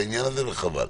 יעקב,